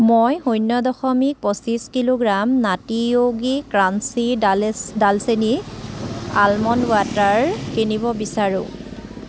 মই শূন্য দশমিক পঁচিছ কিলোগ্ৰাম নাটী য়োগী ক্ৰাঞ্চি ডালেচ ডালচেনি আলমণ্ড বাটাৰ কিনিব বিচাৰোঁ